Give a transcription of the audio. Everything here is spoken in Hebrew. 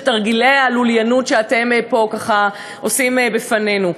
תרגילי הלוליינות שאתם פה ככה עושים בפנינו.